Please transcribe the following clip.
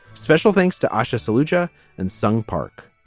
special thanks to asha soldier and sung park.